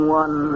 one